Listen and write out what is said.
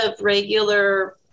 regular